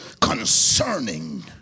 concerning